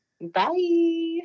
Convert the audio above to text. Bye